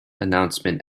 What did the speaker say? announcement